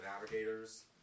Navigators